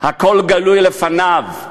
הכול גלוי לפניו.